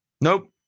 Nope